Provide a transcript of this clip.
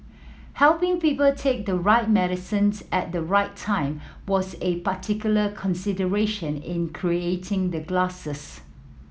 helping people take the right medicines at the right time was a particular consideration in creating the glasses